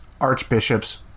archbishops